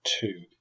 two